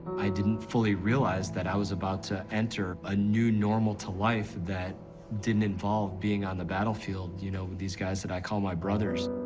i didn't fully realize that i was about to enter a new normal to life that didn't involve being on the battlefield, you know, with these guys that i call my brothers.